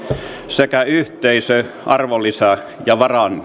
sekä yhteisö arvonlisä ja